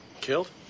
Killed